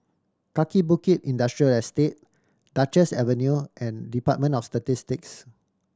Kaki Bukit Industrial Estate Duchess Avenue and Department of Statistics